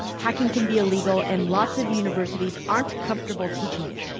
hacking can be illegal, and lots of universities aren't comfortable teaching it.